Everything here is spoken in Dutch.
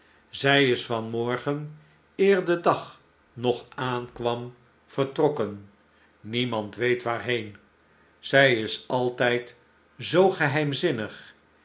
zij is van morgeneerde dag nog aankwam vertrokken niemand weet waarheen zij is altijd zoogeheimzinnig